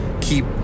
keep